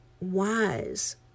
Wise